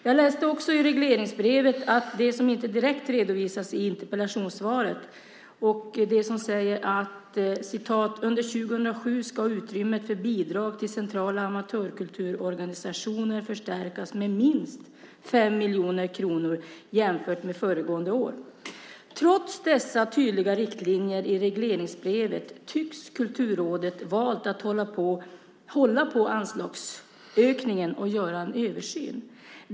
Jag läste också det i regleringsbrevet som inte direkt redovisas i interpellationssvaret, att "under 2007 skall utrymmet för bidrag till centrala amatörkulturorganisationer förstärkas med minst 5 miljoner kronor jämfört med föregående år". Trots dessa tydliga riktlinjer i regleringsbrevet tycks Kulturrådet ha valt att hålla på anslagsökningen och göra en översyn.